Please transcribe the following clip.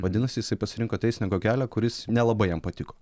vadinasi jisai pasirinko teisininko kelią kuris nelabai jam patiko